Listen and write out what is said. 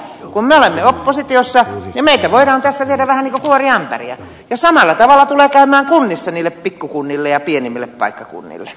kun me olemme oppositiossa meitä voidaan tässä viedä vähän niin kuin kuoriämpäriä ja samalla tavalla tulee käymään kunnissa niille pikkukunnille ja pienimmille paikkakunnille